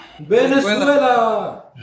Venezuela